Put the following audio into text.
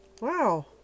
Wow